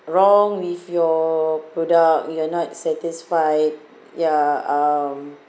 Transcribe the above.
wrong with your product you're not satisfied ya um